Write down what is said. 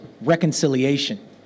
reconciliation